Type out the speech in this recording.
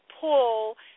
pull